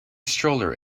stroller